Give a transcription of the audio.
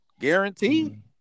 Guaranteed